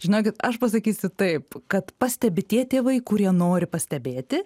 žinokit aš pasakysiu taip kad pastebi tie tėvai kurie nori pastebėti